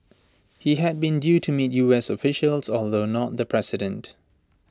he had been due to meet U S officials although not the president